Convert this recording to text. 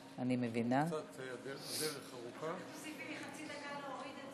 אחר כך תוסיפי לי חצי דקה, להוריד את זה.